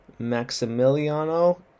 Maximiliano